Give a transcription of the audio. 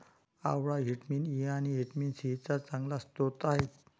आवळा vitamin E आणि vitamin C चा चांगला स्रोत आहे